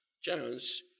chance